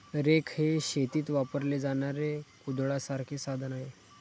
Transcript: rake हे शेतीत वापरले जाणारे कुदळासारखे साधन आहे